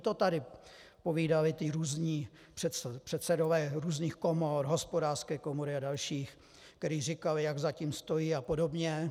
To tady povídali ti různí předsedové různých komor, hospodářské komory a dalších, kteří říkali, jak za tím stojí apod.